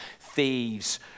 thieves